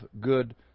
good